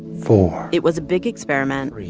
four. it was a big experiment,